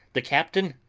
the captain,